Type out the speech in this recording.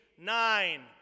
nine